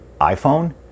iPhone